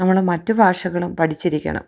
നമ്മൾ മറ്റു ഭാഷകളും പഠിച്ചിരിക്കണം